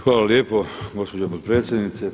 Hvala lijepa gospođo potpredsjednice.